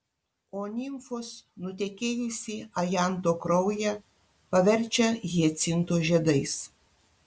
o nimfos nutekėjusį ajanto kraują paverčia hiacinto žiedais